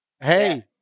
hey